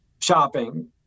shopping